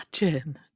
imagine